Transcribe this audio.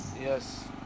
Yes